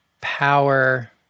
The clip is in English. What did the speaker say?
power